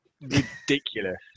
ridiculous